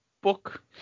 book